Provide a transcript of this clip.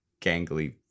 gangly